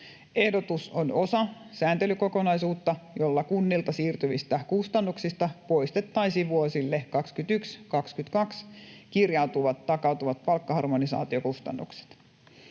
Ehdotus on osa sääntelykokonaisuutta, jolla kunnilta siirtyvistä kustannuksista poistettaisiin vuosille 21—22 kirjautuvat takautuvat palkkaharmonisaatiokustannukset.